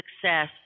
success